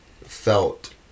felt